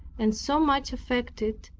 and so much affected,